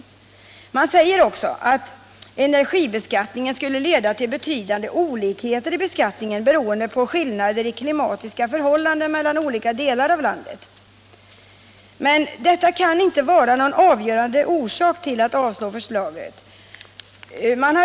Man säger också att energibeskattningen skulle leda till betydande olikheter i beskattningen beroende på skillnader i klimatiska förhållanden mellan olika delar av landet. Detta kan inte vara någon avgörande orsak till att avstyrka förslaget.